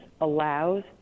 allows